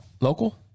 Local